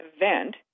event